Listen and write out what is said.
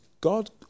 God